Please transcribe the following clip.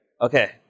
okay